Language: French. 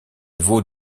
vau